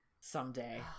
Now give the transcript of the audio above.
Someday